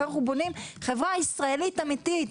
איך אנחנו בונים חברה ישראלית אמיתית,